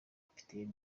kapiteni